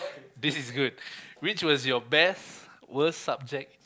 this is good which was your best worst subject